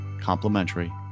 complimentary